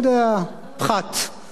מתי מתחילה ההצגה?